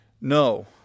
No